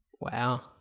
Wow